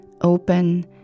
open